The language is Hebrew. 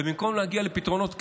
ובמקום להגיע לפתרונות קסם,